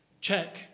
check